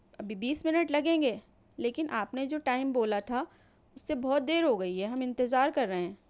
ابھی بیس منٹ لگے گے لیکن آپ نے جو ٹائم بولا تھا اُس سے بہت دیر ہو گئی ہے ہم انتظار کر رہے ہیں